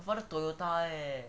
father toyota eh